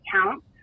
Accounts